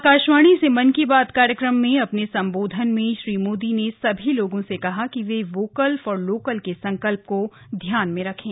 आकाशवाणी से मन की बात कार्यक्रममें अपने सम्बोधन में श्री मोदी ने सभी लोगों से कहा कि वे वोकल फॉर लोकल केसंकल्प को ध्यान में रखें